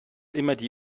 bitte